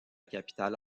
capitale